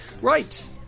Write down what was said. Right